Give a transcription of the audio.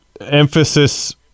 emphasis